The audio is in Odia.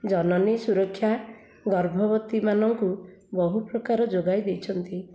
ଜନନୀ ସୁରକ୍ଷା ଗର୍ଭବତୀ ମାନଙ୍କୁ ବହୁପ୍ରକାର ଯୋଗାଇ ଦେଇଛନ୍ତି